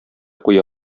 куя